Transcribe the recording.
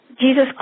Jesus